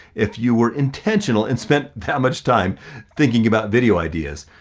if you were intentional and spent that much time thinking about video ideas.